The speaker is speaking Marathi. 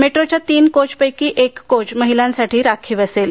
मेट्रो ट्रेनच्या तीन कोचपैकी एक कोच महिलांसाठी राखीव असेल